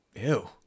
Ew